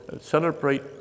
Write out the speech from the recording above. celebrate